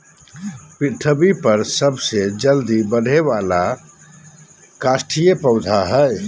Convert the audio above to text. पृथ्वी पर सबसे जल्दी बढ़े वाला काष्ठिय पौधा हइ